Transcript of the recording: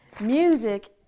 Music